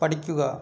പഠിക്കുക